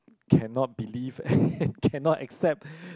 cannot believe cannot accept